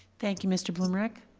thank you mr. blumerich.